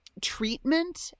treatment